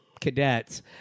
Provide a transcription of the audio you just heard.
cadets